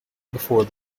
before